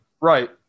right